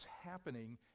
happening